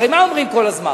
הרי מה אומרים כל הזמן?